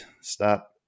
stop